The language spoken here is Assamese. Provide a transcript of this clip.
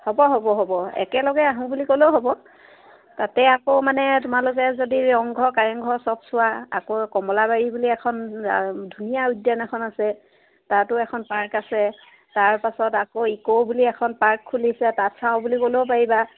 হ'ব হ'ব হ'ব একেলগে আহোঁ বুলি ক'লেও হ'ব তাতে আকৌ মানে তোমালোকে যদি ৰংঘৰ কাৰেংঘৰ চব চোৱা আকৌ কমলাবাৰী বুলি এখন ধুনীয়া উদ্যান এখন আছে তাতো এখন পাৰ্ক আছে তাৰপাছত আকৌ ইক'ও বুলি এখন পাৰ্ক খুলিছে তাত চাওঁ বুলি ক'লেও পাৰিবা